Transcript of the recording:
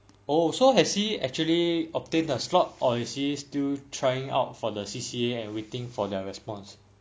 oh so has he actually obtained a slot or is he still trying out for the C_C_A and waiting for their response